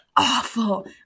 Awful